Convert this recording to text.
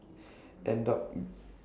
end up